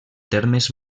termes